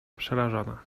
przerażona